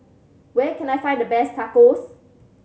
where can I find the best Tacos